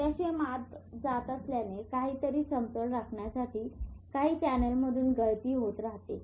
potassium आत जात असल्याने काही तरी समतोल राखण्यासाठी काही चॅनेलमधून गळती होत राहते